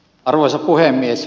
arvoisa puhemies